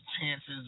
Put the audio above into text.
Chances